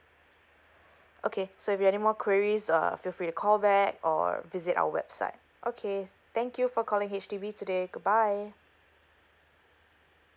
okay so if you have any more queries uh feel free to call back or visit our website okay thank you for calling H_D_B today goodbye